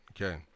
Okay